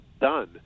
done